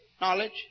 Knowledge